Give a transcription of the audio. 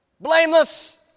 blameless